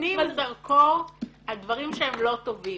-- נותנים זרקור על דברים שהם לא טובים.